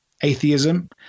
atheism